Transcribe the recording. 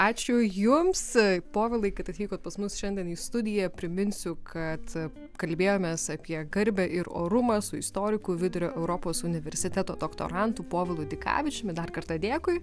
ačiū jums povilai kad atvykot pas mus šiandien į studiją priminsiu kad kalbėjomės apie garbę ir orumą su istoriku vidurio europos universiteto doktorantu povilu dikavičiumi dar kartą dėkui